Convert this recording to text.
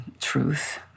truth